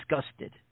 disgusted